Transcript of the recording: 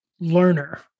learner